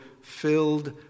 filled